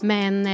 Men